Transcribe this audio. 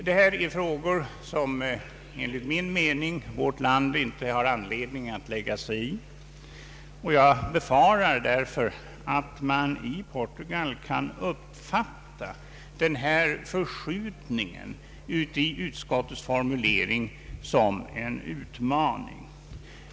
Det gäller här frågor som vårt land enligt min mening knappast har anledning att lägga sig i, och jag befarar att man i Portugal kan uppfatta denna förskjutning i utskottets formulering som en utmaning.